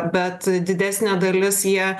bet didesnė dalis jie